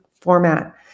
format